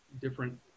different